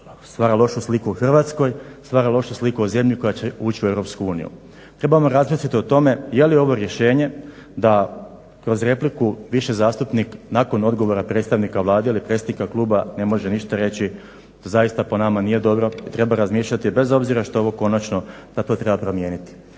stvara lošu sliku o Hrvatskoj, stvara lošu sliku o zemlji koja će ući u EU. Trebamo razmisliti o tome jeli ovo rješenje da kroz repliku više zastupnik nakon odgovora predstavnika Vlade ili predsjednika kluba ne može ništa reći, zaista po nama nije dobro i treba razmišljati bez obzira što je ovo konačno da to treba promijeniti.